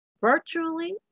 virtually